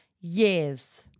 years